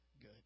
good